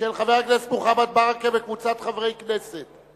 הצעה של חבר הכנסת גנאים וחברת הכנסת יולי תמיר.